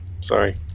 Sorry